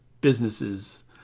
businesses